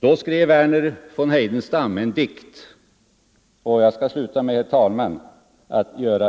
Då skrev Verner von Heidenstam en dikt, och jag skall sluta med